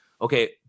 okay